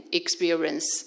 experience